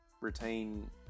retain